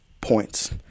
points